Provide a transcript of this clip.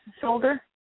shoulder